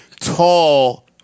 tall